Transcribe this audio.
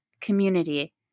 community